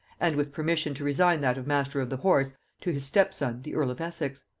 and with permission to resign that of master of the horse to his stepson the earl of essex.